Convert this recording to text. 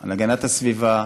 על הגנת הסביבה,